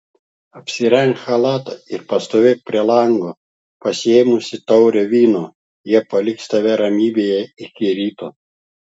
apsirenk chalatą ir pastovėk prie lango pasiėmusi taurę vyno jie paliks tave ramybėje iki ryto